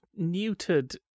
neutered